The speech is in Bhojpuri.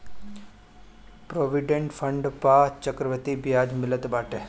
प्रोविडेंट फण्ड पअ चक्रवृद्धि बियाज मिलत बाटे